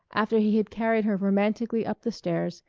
after he had carried her romantically up the stairs,